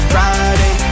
Friday